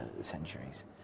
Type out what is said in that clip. centuries